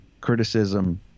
criticism